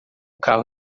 carro